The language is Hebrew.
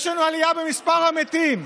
יש לנו עלייה במספר המתים,